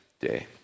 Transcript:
day